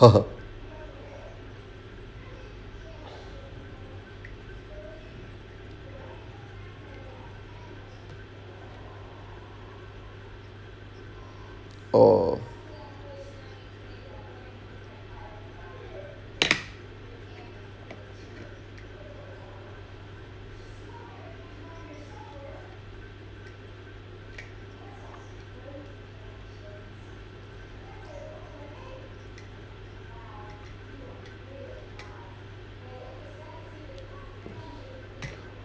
oh